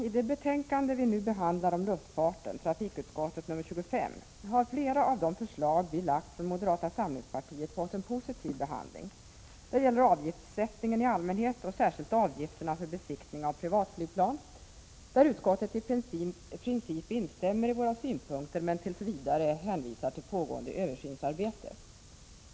I det betänkande vi nu behandlar om luftfarten, trafikutskottets nr 25, har flera av de förslag vi lagt fram från moderata samlingspartiet fått en positiv behandling. Det gäller avgiftssättningen i allmänhet och särskilt avgifterna för besiktning av privatflygplan, där utskottet i princip instämmer i våra synpunkter men tills vidare hänvisar till pågående översynsarbete.